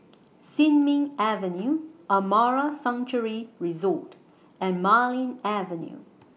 Sin Ming Avenue Amara Sanctuary Resort and Marlene Avenue